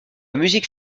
musique